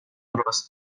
راست